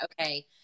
okay